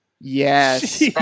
Yes